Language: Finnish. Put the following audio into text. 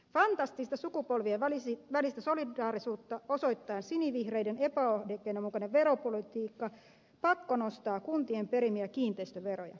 fantastista sukupol vien välistä solidaarisuutta osoittaa sinivihreiden epäoikeudenmukainen veropolitiikka pakko nostaa kuntien perimiä kiinteistöveroja